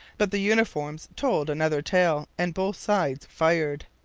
but the uniforms told another tale and both sides fired.